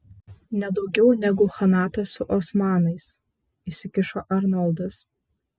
nedaugiau negu chanatas su osmanais įsikišo arnoldas